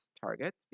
targets